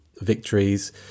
victories